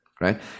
Right